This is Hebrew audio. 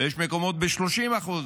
יש מקומות ב-30%.